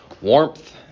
warmth